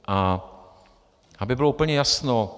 A aby bylo úplně jasno.